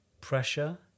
pressure